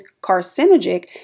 carcinogenic